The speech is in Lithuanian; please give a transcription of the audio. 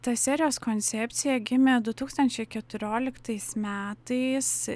ta serijos koncepcija gimė du tūkstančiai keturioliktais metais